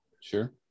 Sure